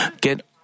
get